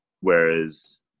Whereas